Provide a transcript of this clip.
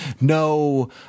no